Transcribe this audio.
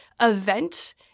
event